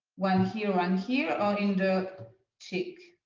one here, one here or in the cheek.